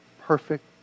perfect